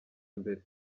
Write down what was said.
mbere